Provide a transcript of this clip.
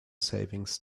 savings